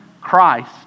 Christ